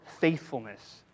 faithfulness